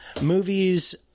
movies